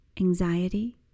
anxiety